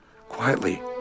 quietly